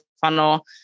funnel